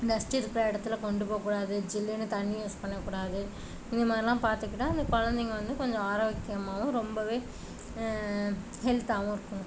dust இருக்கிற இடத்துல கொண்டு போக கூடாது ஜில்லுன்னு தண்ணி யூஸ் பண்ணக்கூடாது இந்தமாதிரிலாம் பார்த்துக்கிட்டா அந்த குழந்தைங்கள் வந்து கொஞ்சம் ஆரோக்கியமாவும் ரொம்பவே ஹெல்த்தாகவும் இருக்கும்